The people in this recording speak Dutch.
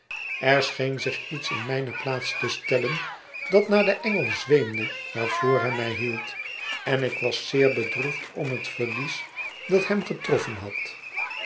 er scheen zich iets in mijne plaats te stellen dat naar den engel zweemde waarvoor hij mij hield en ik was zeer bedroefd om het verlies dat hem getroffen had